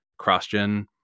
CrossGen